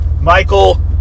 Michael